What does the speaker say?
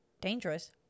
Dangerous